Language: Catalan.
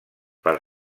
per